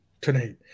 tonight